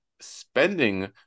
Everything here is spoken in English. spending